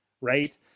Right